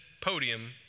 podium